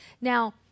Now